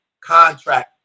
contract